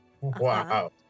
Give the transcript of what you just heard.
Wow